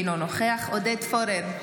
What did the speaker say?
אינו נוכח עודד פורר,